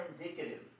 indicative